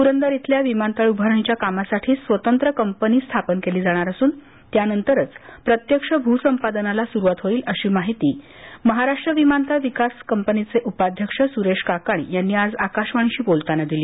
पुरंदर उभारणीच्या कामासाठी स्वतंत्र कंपनी स्थापन केली जाणार असून त्यानंतरच प्रत्यक्ष भूसंपादनाला सुरुवात होईल अशी माहिती महाराष्ट्र विमानतळ विकास कंपनीचे उपाध्यक्ष सुरेश काकाणी यांनी आज आकाशवाणीशी बोलताना दिली